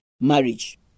marriage